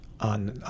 on